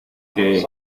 que